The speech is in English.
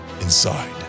inside